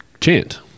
chant